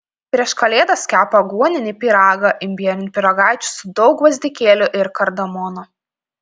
prieš kalėdas kepa aguoninį pyragą imbierinių pyragaičių su daug gvazdikėlių ir kardamono